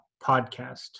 podcast